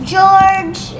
George